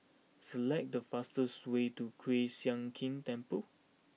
select the fastest way to Kiew Sian King Temple